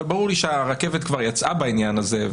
אבל ברור לי שהרכבת כבר יצאה בעניין הזה,